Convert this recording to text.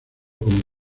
con